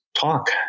talk